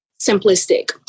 simplistic